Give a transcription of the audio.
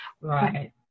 Right